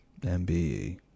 MBE